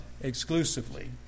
exclusively